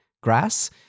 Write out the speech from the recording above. grass